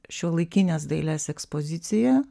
šiuolaikinės dailės ekspoziciją